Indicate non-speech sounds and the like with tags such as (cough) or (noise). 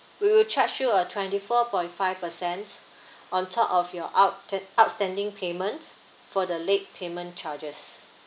we will charge you a twenty four point five percent (breath) on top of your out ten outstanding payments for the late payment charges